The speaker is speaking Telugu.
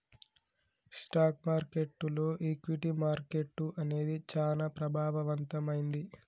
స్టాక్ మార్కెట్టులో ఈక్విటీ మార్కెట్టు అనేది చానా ప్రభావవంతమైంది